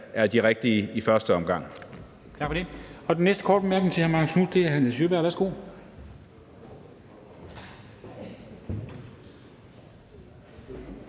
er de rigtige i første omgang.